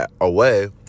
away